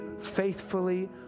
faithfully